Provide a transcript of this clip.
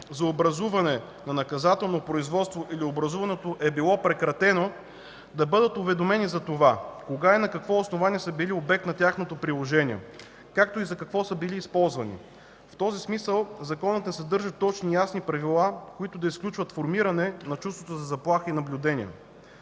за образуване на наказателно производство или образуваното производство е било прекратено, да бъдат уведомени за това, кога и на какво основание са били обект на тяхното приложение, както и за какво са били използвани. В този смисъл, Законът не съдържа точни и ясни правила, които да изключват формиране на чувството за заплаха и наблюдение.